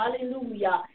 Hallelujah